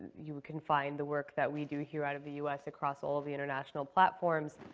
you can find the work that we do here out of the us across all of the international platforms,